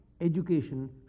education